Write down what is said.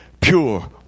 pure